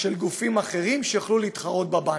של גופים אחרים שיוכלו להתחרות בבנקים.